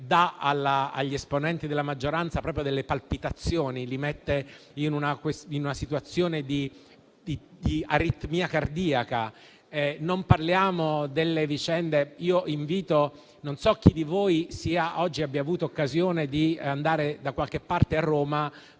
dà agli esponenti della maggioranza delle vere e proprie palpitazioni, li mette in una situazione di aritmia cardiaca. Non so chi di voi abbia avuto oggi occasione di andare da qualche parte a Roma,